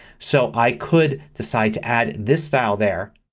so i could decide to add this style there.